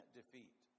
defeat